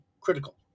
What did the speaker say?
critical